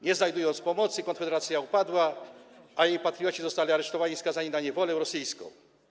Nie znajdując pomocy, konfederacja upadła, a patrioci zostali aresztowani i skazani na niewolę rosyjską.